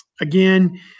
again